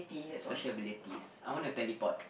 special abilities I want to teleport